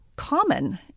common